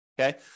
okay